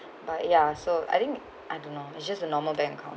but ya so I think I don't know it's just a normal bank account